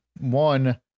one